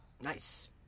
Nice